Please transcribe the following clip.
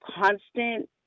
constant